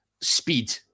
speed